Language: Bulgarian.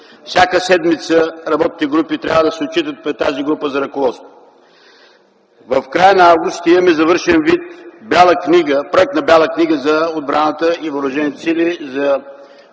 Всяка седмица работните групи трябва да се отчитат пред тази група за ръководство. В края на м. август ще имаме в завършен вид проект на „Бяла книга” за отбраната и въоръжените сили за